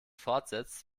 fortsetzt